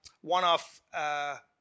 one-off